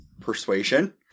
persuasion